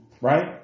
Right